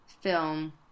film